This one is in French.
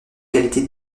qualité